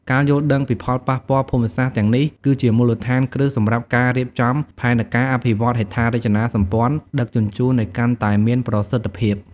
ការយល់ដឹងពីផលប៉ះពាល់ភូមិសាស្ត្រទាំងនេះ គឺជាមូលដ្ឋានគ្រឹះសម្រាប់ការរៀបចំផែនការអភិវឌ្ឍន៍ហេដ្ឋារចនាសម្ព័ន្ធដឹកជញ្ជូនឱ្យកាន់តែមានប្រសិទ្ធភាព។